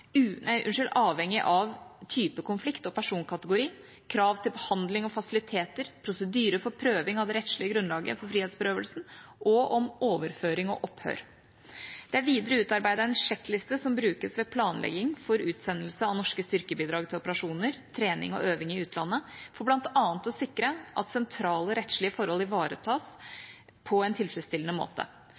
avhengig av type konflikt og personkategori, krav til behandling og fasiliteter, prosedyrer for prøving av det rettslige grunnlaget for frihetsberøvelsen, og om overføring og opphør. Det er videre utarbeidet en sjekkliste som brukes ved planlegging for utsendelse av norske styrkebidrag til operasjoner, trening og øving i utlandet, for bl.a. å sikre at sentrale rettslige forhold ivaretas på en tilfredsstillende måte.